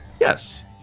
Yes